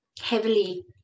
heavily